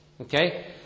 Okay